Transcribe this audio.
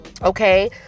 okay